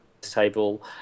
table